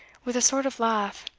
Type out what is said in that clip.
with a sort of laugh